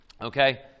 okay